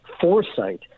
foresight